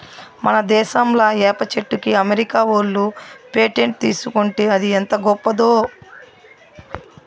మన దేశంలా ఏప చెట్టుకి అమెరికా ఓళ్ళు పేటెంట్ తీసుకుంటే అది ఎంత గొప్పదో